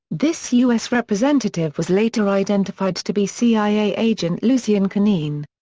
this u s. representative was later identified to be cia agent lucien conein.